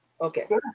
Okay